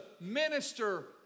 minister